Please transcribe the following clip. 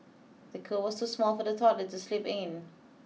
the cot was too small for the toddler to sleep in